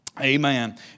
Amen